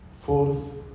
Fourth